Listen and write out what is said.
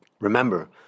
Remember